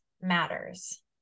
matters